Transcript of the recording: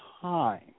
time